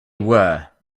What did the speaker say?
were